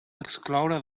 excloure